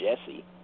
Jesse